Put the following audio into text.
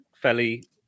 fairly